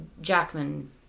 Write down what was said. Jackman